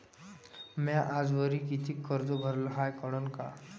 म्या आजवरी कितीक कर्ज भरलं हाय कळन का?